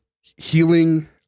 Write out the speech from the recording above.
healing